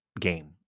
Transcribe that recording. game